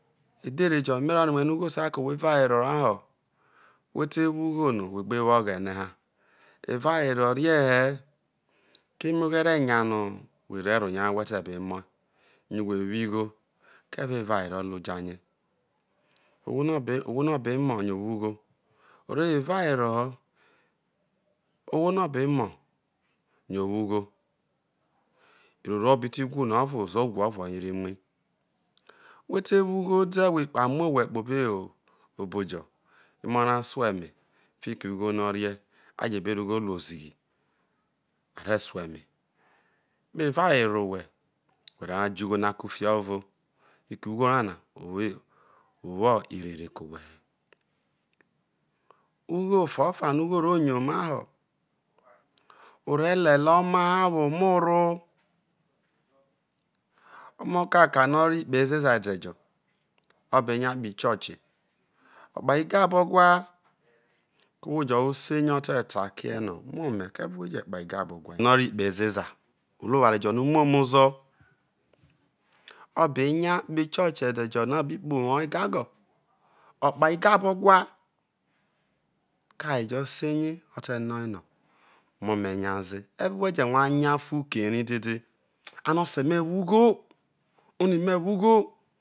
Edhere jo me̱ ro̱ rue̱ no̱ ugho sai ke̱ ohwo evawero ha ho whe te wo ugho no whe gbe wo oghene ha evawero rie he̱ keme oghere eya ono whe rero rie ha whe te be mo, yo whe wo igho keve evawero ru jeirie ohwo no̱ be ohwo no be mo yo owo ugho o re̱ wo evawere ho̱ ohwo no̱ be̱ mo̱ yo̱ owo ugho ozo roro o̱ bi ti whu no ozo̱ro̱ o bi ti whu no ovo re̱ muei whete wo ugho ode̱ whe amu owhe kpobo ei obo jo emo ra sueme fiki ugho no o̱ rie a je̱ be rro ugho ru ozighi a re soeme kpeno eva were owhe̱ whe̱ rehai je̱ ugho na kufie ovo fiki ugho rana u we̱ u wo erere ke̱ owhe̱he̱ ugho ofe ofa no̱ ugho ro yoma ho̱ o re lelei oma hawo omorro, omo kakao no o̱ rro ikpe ezeza ede jo o̱ be nya kpoho ichoche, o̱ kpa igaba gwa ko ohwo jo̱ serie o̱ te̱ ta kee no̱ mome keve whe je kpalgabo gwa no rro ikpe ezeza a ro oware jo̱ no̱ umu ome ozo o̱ be̱ nya kpoho ichoche̱ edejo no o bi kpoho uwou egago o̱ kpa igabogwa ko̱ aye jo̱ se̱ rie o̱ te̱ no, no mome nya ee ive̱ whe je hai nya fu uke ere dede an o̱ o̱se̱me̱ wougho onime̱ wougho